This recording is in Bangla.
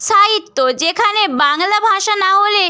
সাহিত্য যেখানে বাংলা ভাষা না হলে